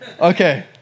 Okay